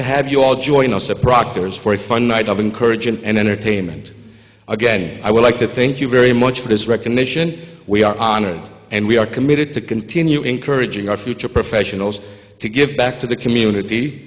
to have you all join us at proctor's for a fun night of encourage and entertainment again i would like to thank you very much for this recognition we are honored and we are committed to continue encouraging our future professionals to give back to the community